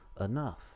enough